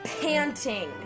panting